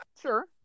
Sure